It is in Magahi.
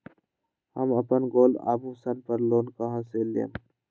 हम अपन गोल्ड आभूषण पर लोन कहां से लेम?